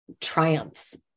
triumphs